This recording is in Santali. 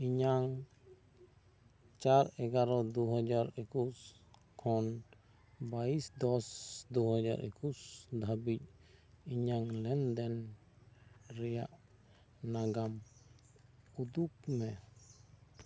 ᱤᱧᱟᱹᱜ ᱪᱟᱨ ᱮᱜᱟᱨᱚ ᱫᱩᱦᱟᱡᱟᱨ ᱮᱠᱩᱥ ᱠᱷᱚᱱ ᱵᱟᱭᱤᱥ ᱫᱚᱥ ᱫᱩᱦᱟᱡᱟᱨ ᱮᱠᱩᱥ ᱫᱷᱟᱹᱵᱤᱡ ᱤᱧᱟᱹᱜ ᱞᱮᱱᱫᱮᱱ ᱨᱮᱭᱟᱜ ᱱᱟᱜᱟᱢ ᱩᱫᱩᱜ ᱢᱮ